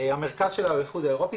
המרכז שלנו באיחוד האירופי,